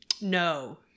no